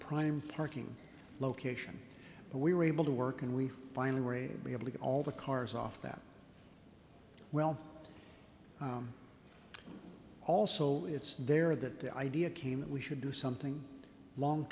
prime parking location but we were able to work and we finally were able to get all the cars off that well also it's there that the idea came that we should do something long